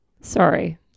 sorry